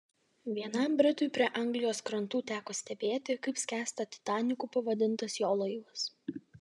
vienam britui prie anglijos krantų teko stebėti kaip skęsta titaniku pavadintas jo laivas